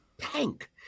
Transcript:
tank